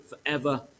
forever